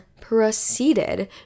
proceeded